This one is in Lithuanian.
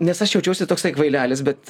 nes aš jaučiuosi toksai kvailelis bet